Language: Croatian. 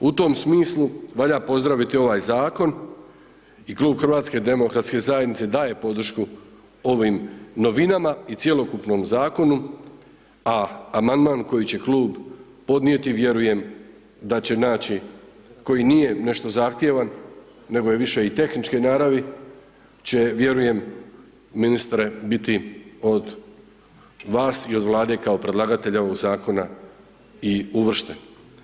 U tom smislu valja pozdraviti ovaj Zakon i klub HDZ-a daje podršku ovim novinama i cjelokupnom Zakonu, a Amandman koji će klub podnijeti, vjerujem da će naći, koji nije nešto zahtjevan, nego je više i tehničke naravi, će vjerujem ministre biti od vas i od Vlade kao predlagatelja ovog Zakona i uvršten.